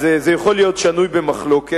אז זה יכול להיות שנוי במחלוקת,